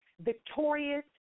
victorious